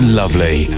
lovely